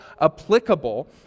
applicable